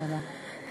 תודה.